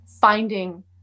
finding